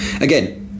Again